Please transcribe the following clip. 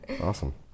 Awesome